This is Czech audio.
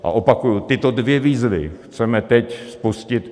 A opakuji, tyto dvě výzvy chceme teď spustit.